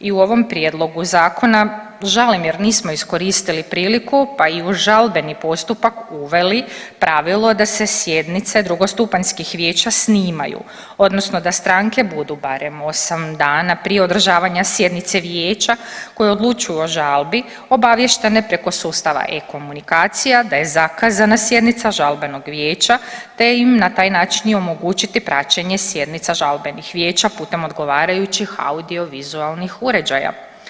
I u ovom prijedlogu zakona žalim jer nismo iskoristili priliku pa i u žalbeni postupak uveli pravilo da se sjednice drugostupanjskih vijeća snimaju odnosno da stranke budu barem 8 dana prije održavanja sjednice vijeća koje odlučuje o žalbi obaviještene preko sustava e-komunikacija da je zakazana sjednica žalbenog vijeća te im na taj način i omogućiti praćenje sjednica žalbenih vijeća putem odgovarajućih audio vizualnih uređaja.